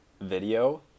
video